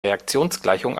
reaktionsgleichung